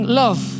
love